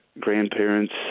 grandparents